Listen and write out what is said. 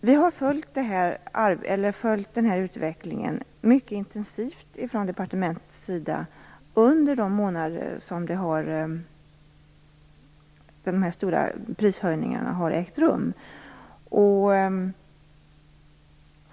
Vi har från departementets sida följt utvecklingen intensivt under de månader som prishöjningarna har ägt rum.